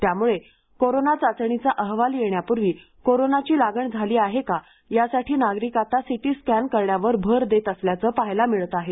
त्यामुळे कोरोना चाचणीचा अहवाल येण्यापूर्वी कोरोनाची लागण झाली आहे का यासाठी नागरिक आता सीटी स्कॅन करण्यावर भर देत असल्याचे पाहायला मिळत आहे